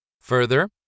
Further